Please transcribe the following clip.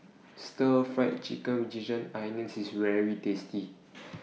Stir Fried Chicken with Ginger Onions IS very tasty